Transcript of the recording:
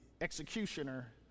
executioner